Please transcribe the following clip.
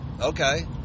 okay